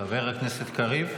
חבר הכנסת קריב.